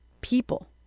people